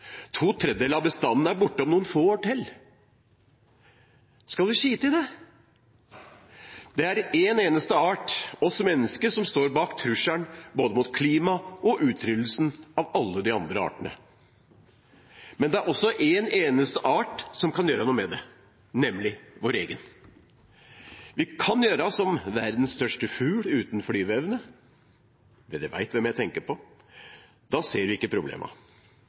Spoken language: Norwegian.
To tredjedeler av bestandene er borte om noen få år. Skal vi skite i det? Det er én eneste art – vi mennesker – som står bak trusselen mot både klimaet og utryddelsen av alle de andre artene. Men det er også én eneste art som kan gjøre noe med det, nemlig vår egen. Vi kan gjøre som verdens største fugl uten flyveevne – man vet hvem jeg tenker på: Da ser vi ikke